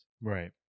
Right